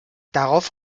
darauf